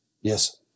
Yes